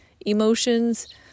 emotions